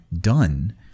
done